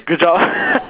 good job